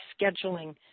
scheduling